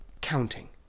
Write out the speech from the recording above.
counting